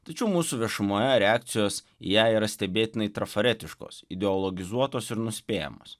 tačiau mūsų viešumoje reakcijos į ją yra stebėtinai trafaretiškos ideologizuotos ir nuspėjamos